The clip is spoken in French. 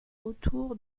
autour